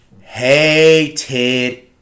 Hated